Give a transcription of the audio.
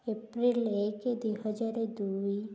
April ଏକ ଦୁଇ ହଜାର ଦୁଇ